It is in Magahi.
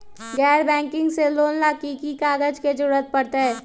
गैर बैंकिंग से लोन ला की की कागज के जरूरत पड़तै?